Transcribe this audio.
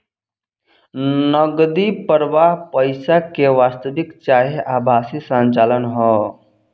नगदी प्रवाह पईसा के वास्तविक चाहे आभासी संचलन ह